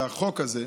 לחוק הזה.